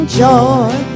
joy